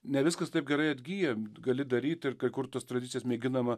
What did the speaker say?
ne viskas taip gerai atgyja gali daryt ir kai kur tas tradicijas mėginama